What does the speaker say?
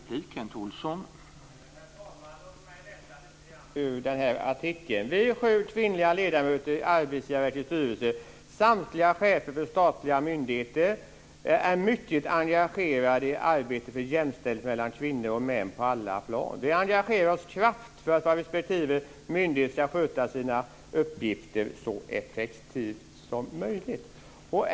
Herr talman! Låt mig läsa lite grann ur den nämnda artikeln: "Vi sju kvinnliga ledamöter i Arbetsgivarverkets styrelse, samtliga chefer för statliga myndigheter - är mycket engagerade i arbetet för jämställdhet mellan kvinnor och män på alla olika plan. Vi engagerar oss också kraftfullt för att våra respektive myndigheter skall sköta sina uppgifter så effektivt som möjligt."